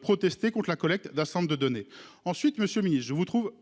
protester conte la collecte d'un centre de données ensuite monsieur ministe je vous trouve